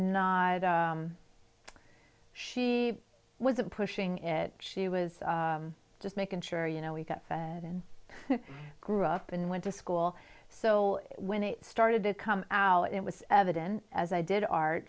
not she wasn't pushing it she was just making sure you know we got fed and grew up and went to school so when it started to come out it was evident as i did art